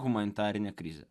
humanitarinė krizė